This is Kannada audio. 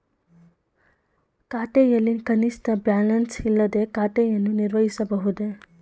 ಖಾತೆಯಲ್ಲಿ ಕನಿಷ್ಠ ಬ್ಯಾಲೆನ್ಸ್ ಇಲ್ಲದೆ ಖಾತೆಯನ್ನು ನಿರ್ವಹಿಸಬಹುದೇ?